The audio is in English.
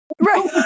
right